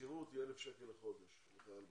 בשכירות היא 1,000 שקלים בחודש לחייל בודד.